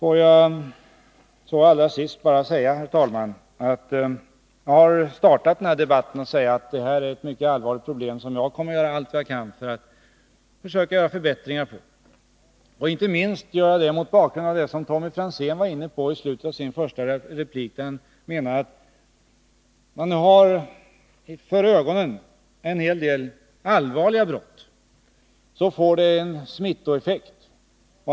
Får jag allra sist bara säga, herr talman, att jag har startat den här debatten med att säga att detta är ett mycket allvarligt problem och att jag kommer att göra allt vad jag kan för att försöka åstadkomma förbättringar. Inte minst gör jag det mot bakgrund av vad Tommy Franzén var inne på i slutet av sin första replik. Han menade att när man nu har för ögonen en hel del allvarliga brott, så får det en smittoeffekt.